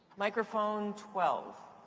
microphone twelve.